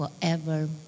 forever